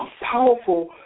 powerful